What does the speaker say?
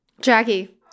Jackie